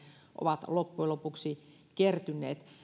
ovat loppujen lopuksi kertyneet